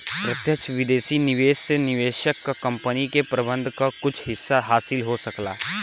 प्रत्यक्ष विदेशी निवेश से निवेशक क कंपनी के प्रबंधन क कुछ हिस्सा हासिल हो सकला